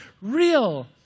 real